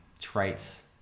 traits